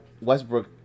Westbrook